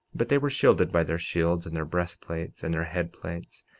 but they were shielded by their shields, and their breastplates, and their head-plates,